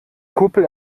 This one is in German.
kuppel